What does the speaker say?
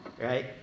Right